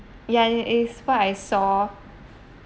ya it it is what I saw